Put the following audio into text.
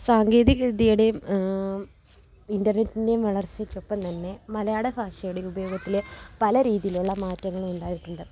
സാങ്കേതിക വിദ്യയുടെയും ഇന്റര്നെറ്റിന്റെയും വളര്ച്ചയ്ക്ക് ഒപ്പം തന്നെ മലയാള ഭാഷയുടെ ഉപയോഗത്തില് പലീതിയിലുള്ള മാറ്റങ്ങള് ഉണ്ടായിട്ടുണ്ട്